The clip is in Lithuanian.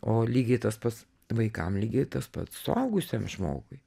o lygiai tas pats vaikam lygiai tas pats suaugusiam žmogui